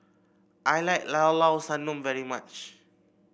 I like Llao Llao Sanum very much